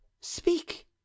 speak